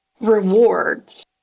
rewards